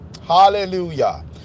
Hallelujah